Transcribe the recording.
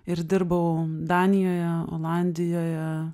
ir dirbau danijoje olandijoje